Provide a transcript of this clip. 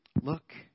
Look